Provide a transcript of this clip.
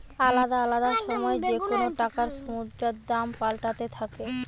আলদা আলদা সময় যেকোন টাকার মুদ্রার দাম পাল্টাতে থাকে